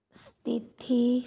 ਸਥਿਤੀ